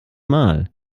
mal